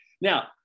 Now